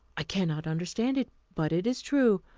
i cannot understand it, but it is true.